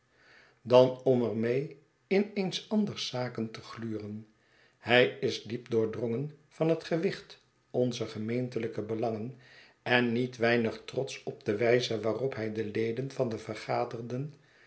dan om er mee in eens anders zaken te gluren hij is diep doordrongen van het gewicht onzer gemeentelijke belangen en niet weinig trotsch op de wijze waarop hij de leden van den vergaderden